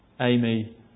Amy